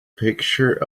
picture